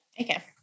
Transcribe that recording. okay